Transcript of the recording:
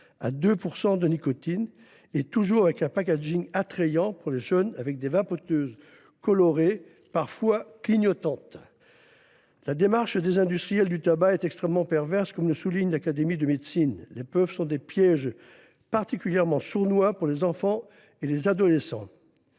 à 2 % de nicotine ; le packaging est là encore attrayant pour les jeunes, avec des vapoteuses colorées et parfois clignotantes. La démarche des industriels du tabac est extrêmement perverse, comme le souligne l’Académie nationale de médecine : les puffs sont des pièges particulièrement sournois pour les enfants et les adolescents.